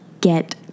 get